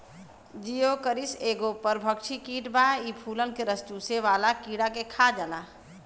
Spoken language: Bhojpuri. जिओकरिस एगो परभक्षी कीट बा इ फूलन के रस चुसेवाला कीड़ा के खा जाला